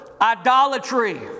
Idolatry